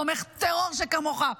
תומך טרור שכמוך,